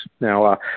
Now